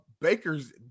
Bakers